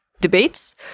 debates